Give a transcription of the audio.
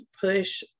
push